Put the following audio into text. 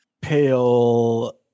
pale